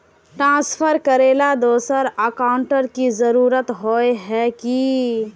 Transfer करेला दोसर account की जरुरत होय है की?